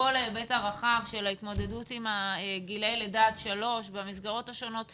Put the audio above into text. בכל ההיבט הרחב של ההתמודדות עם גילי לידה עד שלוש במסגרות השונות.